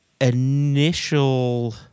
initial